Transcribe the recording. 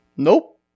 nope